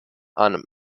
ann